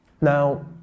Now